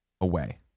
away